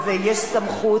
אז יש סמכות,